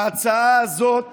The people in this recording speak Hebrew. ההצעה הזאת